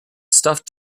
stuffed